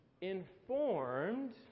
informed